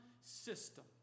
system